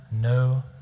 no